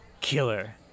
Killer